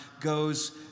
goes